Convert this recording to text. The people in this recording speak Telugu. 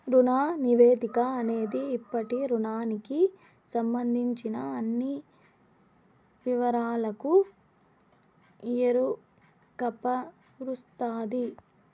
రుణ నివేదిక అనేది ఇప్పటి రుణానికి సంబందించిన అన్ని వివరాలకు ఎరుకపరుస్తది